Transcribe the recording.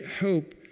hope